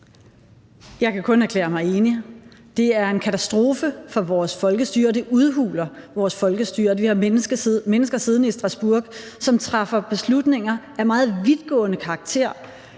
Jeg kan kun erklære mig enig. Det er en katastrofe for vores folkestyre, og det udhuler vores folkestyre, at vi har mennesker siddende i Strasbourg, som træffer beslutninger af meget vidtgående karakter